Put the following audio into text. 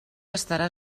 estarà